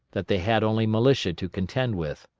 that they had only militia to contend with.